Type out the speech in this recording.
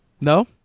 No